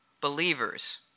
believers